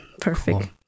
Perfect